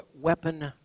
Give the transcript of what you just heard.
weapon